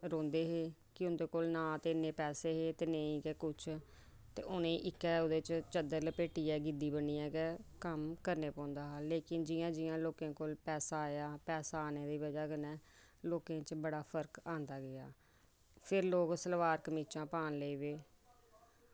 रौंह्दे हे कि उं'दे कोल ना ते इन्ने पैसे हे ते नेईं गै कुछ ते उ'नें उऐ इक चादर लपेटियै गै ते गिद्दी बन्नियै गै कम्म करना पौंदा हा लेकिन जियां जियां लोकें कोल पैसा आया पैसा आने दी बजह कन्नै लोकें च बड़ा फर्क आंदा गेआ फिर लोग सलवार कमीचां पान लगी पे